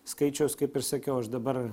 skaičiaus kaip ir sakiau aš dabar